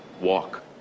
walk